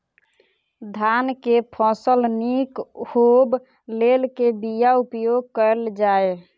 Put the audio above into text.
धान केँ फसल निक होब लेल केँ बीया उपयोग कैल जाय?